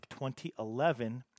2011